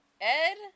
Ed